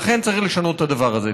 לכן, צריך לשנות את הדבר הזה.